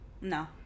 No